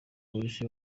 polisi